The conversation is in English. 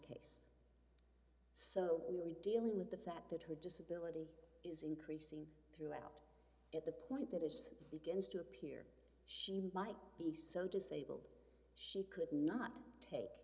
case so we were dealing with the fact that her disability is increasing throughout at the point that it's begins to appear she might be so disabled she could not take